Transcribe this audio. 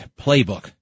playbook